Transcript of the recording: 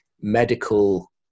medical